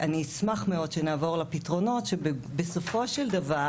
אני אשמח מאוד שנעבור לפתרונות שבסופו של דבר